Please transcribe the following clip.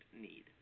need